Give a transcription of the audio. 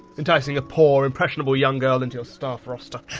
enticing a poor impressionable young girl into your staff roster!